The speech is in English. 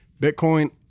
Bitcoin